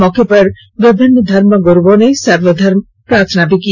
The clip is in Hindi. मौके पर विभिन्न धर्मगुरुओं ने सर्वधर्म प्रार्थना भी की